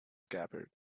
scabbard